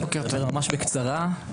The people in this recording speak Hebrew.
אני אדבר ממש בקצרה.